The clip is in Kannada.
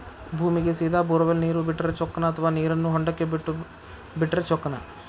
ಭೂಮಿಗೆ ಸೇದಾ ಬೊರ್ವೆಲ್ ನೇರು ಬಿಟ್ಟರೆ ಚೊಕ್ಕನ ಅಥವಾ ನೇರನ್ನು ಹೊಂಡಕ್ಕೆ ಬಿಟ್ಟು ಬಿಟ್ಟರೆ ಚೊಕ್ಕನ?